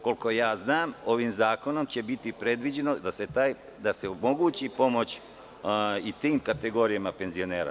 Koliko ja znam, ovim zakonom će biti predviđeno da se omogući pomoć i tim kategorijama penzionera.